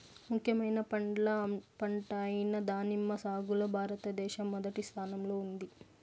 ముఖ్యమైన పండ్ల పంట అయిన దానిమ్మ సాగులో భారతదేశం మొదటి స్థానంలో ఉంది